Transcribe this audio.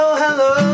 hello